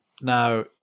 Now